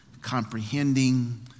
comprehending